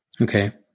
Okay